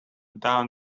down